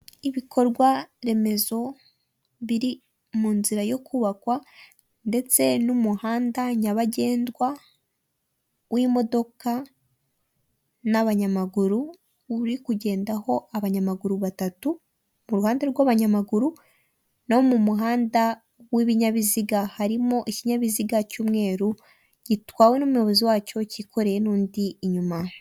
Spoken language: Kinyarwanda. Ibikorwaremezo biri mu nzira yo kubakwa ndetse n'umuhanda nyabagendwa w'imodoka n'abanyamaguru uri kugendaho abanyamaguru batatu mu ruhande rw'abanyamaguru no mu muhanda w'ibinyabiziga harimo ikinyabiziga cy'umweru gitwawe n'umuyobozi wacyo cyikoreye n'undi inyuma .